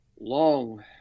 long